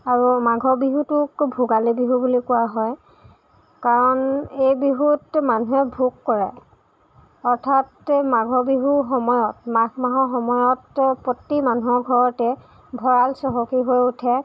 আৰু মাঘৰ বিহুটোক ভোগালী বিহু বুলি কোৱা হয় কাৰণ এই বিহুত মানুহে ভোগ কৰে অৰ্থাৎ মাঘৰ বিহুৰ সময়ত মাঘ মাহৰ সময়ত প্ৰতি মানুহৰ ঘৰতে ভঁৰাল চহকী হৈ উঠে